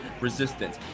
Resistance